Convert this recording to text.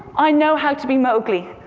i know how to be mowgli.